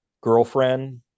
girlfriend